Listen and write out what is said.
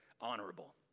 honorable